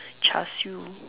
char-siew